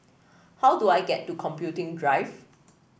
how do I get to Computing Drive